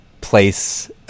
place